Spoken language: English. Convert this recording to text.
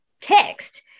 text